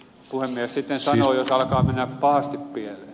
puhemies sitten sanoo jos alkaa mennä pahasti pieleen